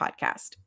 podcast